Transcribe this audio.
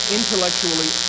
intellectually